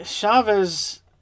Chavez